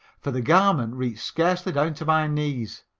for the garment reached scarcely down to my knees,